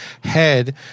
head